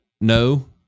no